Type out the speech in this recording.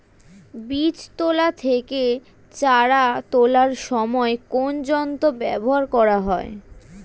বীজ তোলা থেকে চারা তোলার সময় কোন যন্ত্র ব্যবহার করা হয়?